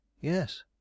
Yes